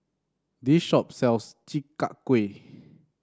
this shop sells Chi Kak Kuih